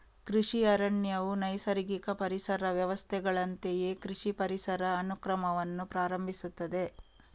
ಕೃಷಿ ಅರಣ್ಯವು ನೈಸರ್ಗಿಕ ಪರಿಸರ ವ್ಯವಸ್ಥೆಗಳಂತೆಯೇ ಕೃಷಿ ಪರಿಸರ ಅನುಕ್ರಮವನ್ನು ಪ್ರಾರಂಭಿಸುತ್ತದೆ